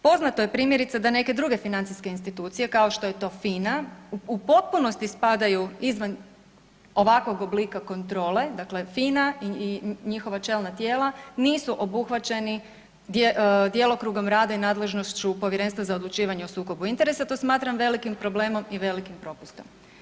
Poznato je primjerice da neke druge financijske institucije kao što je to FINA u potpunosti spadaju izvan ovakvog oblika kontrole, dakle FINA i njihova čelna tijela nisu obuhvaćeni djelokrugom rada i nadležnošću Povjerenstva za odlučivanje o sukobu interesa, to smatram velikim problemom i velikim propustom.